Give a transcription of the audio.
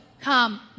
come